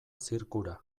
zirkura